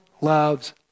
loves